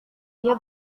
dia